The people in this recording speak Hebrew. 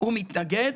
הוא מתנגד.